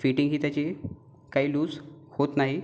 fitting ही त्याची काही लूज होत नाही